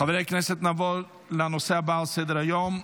חברי הכנסת, נעבור לנושא הבא על סדר היום,